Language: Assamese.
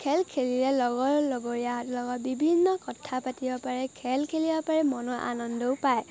খেল খেলিলে লগৰ লগৰীয়াহঁতৰ লগত বিভিন্ন কথা পাতিব পাৰে খেল খেলিব পাৰে মনৰ আনন্দও পায়